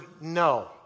no